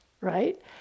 right